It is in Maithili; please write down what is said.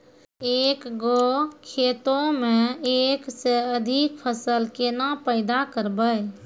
एक गो खेतो मे एक से अधिक फसल केना पैदा करबै?